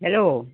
hello